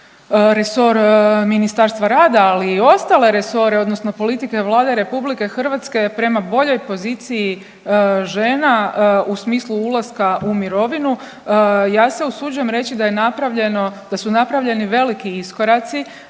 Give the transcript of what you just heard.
resor Ministarstva rada, ali i ostale resore, odnosno politika je Vlade Republike Hrvatske prema boljoj poziciji žena u smislu ulaska u mirovinu. Ja se usuđujem reći da je napravljeno,